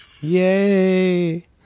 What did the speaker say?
Yay